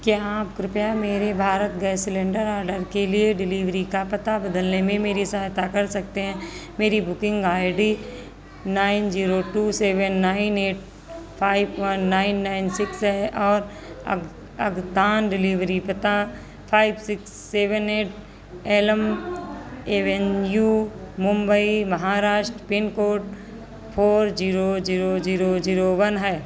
क्या आप कृपया मेरे भारत गैस सिलेंडर ऑर्डर के लिए डिलीवरी का पता बदलने में मेरी सहायता कर सकते हैं मेरी booking ID nine zero two seven nine eight five one nine six है और आगतन डिलीवरी पता five six seven eight avenue Mumbai Maharashtra pincode four zero zero zero zero है